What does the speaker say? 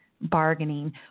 bargaining